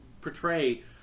portray